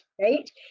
right